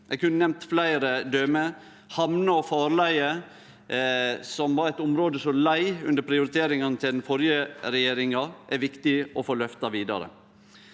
Eg kunne nemnt fleire døme. Hamner og farleier, som var eitt område som leid under prioriteringane til den førre regjeringa, er viktig å få løfta vidare.